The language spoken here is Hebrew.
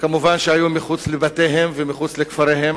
וכמובן היו מחוץ לבתיהם ומחוץ לכפריהם.